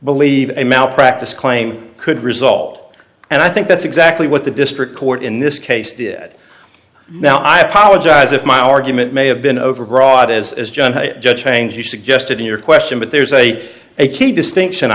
believes a malpractise claim could result and i think that's exactly what the district court in this case did now i apologize if my argument may have been overbroad as judge bangs you suggested in your question but there's a a key distinction